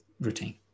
routine